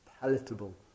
palatable